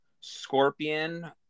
Scorpion